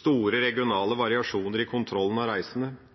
store regionale variasjoner i kontrollen av reisende,